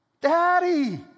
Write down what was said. Daddy